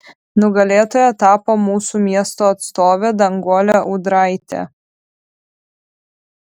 nugalėtoja tapo mūsų miesto atstovė danguolė ūdraitė